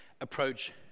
approach